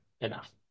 Enough